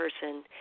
person